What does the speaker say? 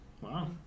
Wow